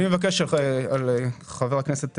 אני מבקש, חבר הכנסת